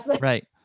Right